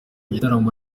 gitaramo